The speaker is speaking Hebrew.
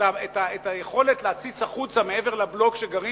את היכולת להציץ החוצה מעבר לבלוק שגרים